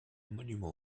monument